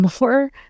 more